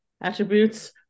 attributes